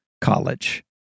college